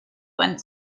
went